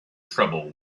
trouble